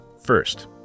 First